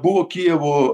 buvo kijevo